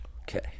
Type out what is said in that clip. Okay